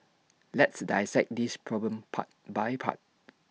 let's dissect this problem part by part